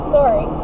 Sorry